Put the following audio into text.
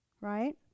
Right